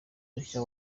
mushya